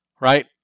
right